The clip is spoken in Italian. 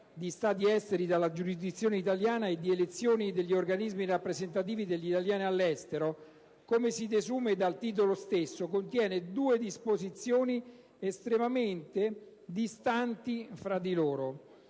di Stati esteri dalla giurisdizione italiana e di elezioni degli organismi rappresentativi degli italiani all'estero, come si desume dal titolo stesso, contiene due disposizioni estremamente distanti tra di loro.